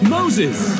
Moses